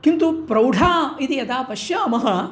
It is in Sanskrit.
किन्तु प्रौढा इति यदा पश्यामः